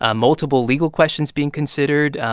ah multiple legal questions being considered.